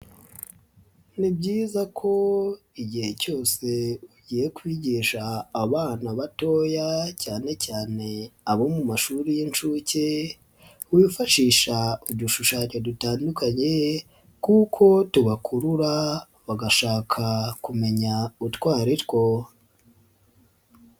Ni byiza ko igihe cyose ugiye kwigisha abana batoya cyane cyane abo mu mashuri y'inshuke bifashisha udushushanyo dutandukanye kuko tubakurura bagashaka kumenya utwo ari two.